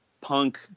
punk